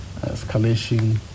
escalation